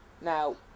Now